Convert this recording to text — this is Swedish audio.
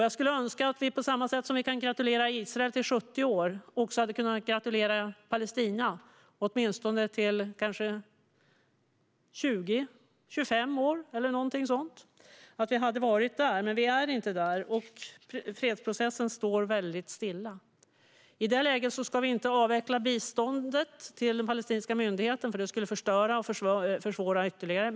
Jag skulle önska att vi, på samma sätt som vi kan gratulera Israel till 70 år, hade kunnat gratulera Palestina till åtminstone 20-25 år eller något sådant. Men vi är inte där, och fredsprocessen står väldigt stilla. I det läget ska vi inte avveckla biståndet till den palestinska myndigheten, för det skulle förstöra och försvåra ytterligare.